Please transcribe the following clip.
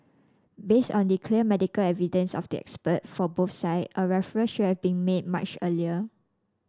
based on the clear medical evidence of the expert for both sides a referral should have been made much earlier